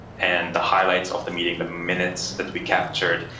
and the highlights of the meeting, the minutes that we captured.